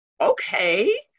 okay